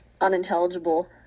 unintelligible